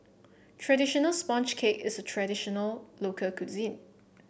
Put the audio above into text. traditional sponge cake is a traditional local cuisine